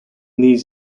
these